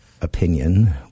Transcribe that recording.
opinion